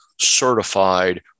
certified